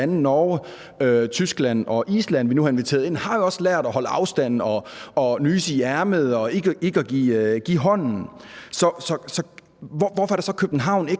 Norge, Tyskland og Island, som vi nu har inviteret ind, jo også lært at holde afstand og nyse i ærmet og ikke at give hånden. Så hvorfor er det, at København ikke